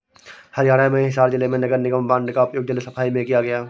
हरियाणा में हिसार जिले में नगर निगम बॉन्ड का उपयोग जल सफाई में किया गया